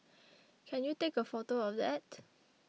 can you take a photo of that